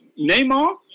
Neymar